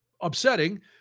upsetting